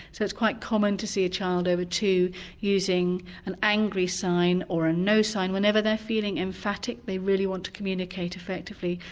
so it's quite common to see a child over two using an angry sign or a no sign. whenever they're feeling emphatic, they really want to communicate effectively,